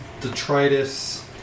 detritus